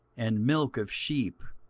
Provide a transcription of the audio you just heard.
and milk of sheep,